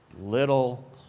little